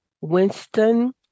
Winston